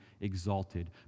exalted